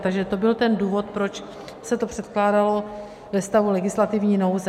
Takže to byl ten důvod, proč se to předkládalo ve stavu legislativní nouze.